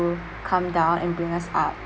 to come down and bring us up